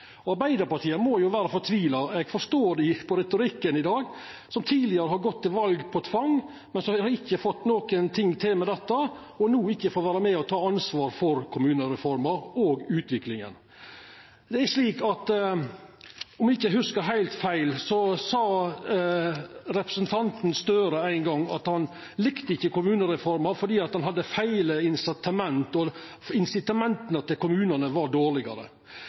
kontakt. Arbeidarpartiet må jo vera fortvila – eg forstår dei på retorikken i dag – som tidlegare har gått til val på tvang og ikkje fått noko til med dette, og no ikkje får vera med og ta ansvar for kommunereforma og utviklinga. Om eg ikkje hugsar heilt feil, sa representanten Gahr Støre ein gong at han ikkje likte kommunereforma fordi ein hadde feil incitament, og at incitamenta til kommunane var dårlegare.